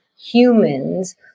humans